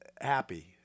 Happy